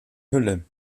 hülle